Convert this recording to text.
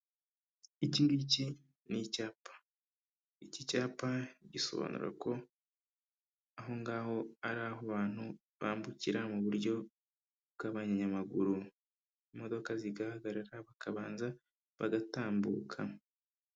Iki ngiki ni icyapa. Iki cyapa gisobanura ko aho ngaho ari aho abantu bambukira mu buryo bw'abanyamaguru. Imodoka zigahagarara, bakabanza bagatambuka.